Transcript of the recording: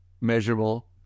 measurable